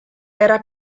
era